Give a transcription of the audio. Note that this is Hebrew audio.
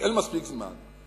כי אין מספיק זמן.